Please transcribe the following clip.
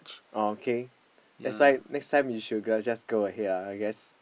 okay that's why next time you should go just go ahead ah I guess